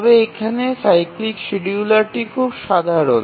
তবে এখানে সাইক্লিক শিডিয়ুলারটি খুব সাধারণ